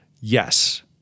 yes